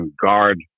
guard